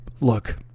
Look